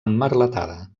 emmerletada